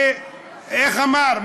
איך אמר?